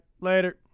Later